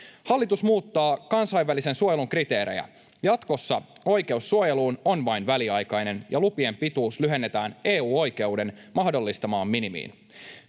Hallitus muuttaa kansainvälisen suojelun kriteerejä. Jatkossa oikeus suojeluun on vain väliaikainen ja lupien pituus lyhennetään EU-oikeuden mahdollistamaan minimiin.